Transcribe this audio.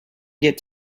get